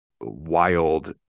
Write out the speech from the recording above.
wild